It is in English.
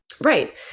Right